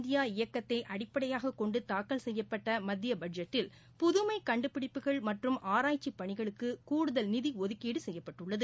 India இயக்கத்தைஅடிப்படையாகக் கொண்டுதாக்கல் செய்யப்பட்டமத்தியபட்ஜெட்டில் சுயசாா்பு புதுமைகண்டுபிடிப்புகள் மற்றும் ஆராய்ச்சிபணிகளுக்குகூடுதல் நிதிஒதுக்கீடுசெய்யப்பட்டுள்ளது